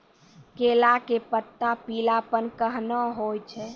केला के पत्ता पीलापन कहना हो छै?